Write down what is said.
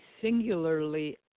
singularly